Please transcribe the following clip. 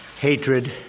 hatred